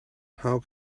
how